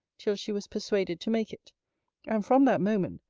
till she was persuaded to make it and from that moment,